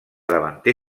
davanter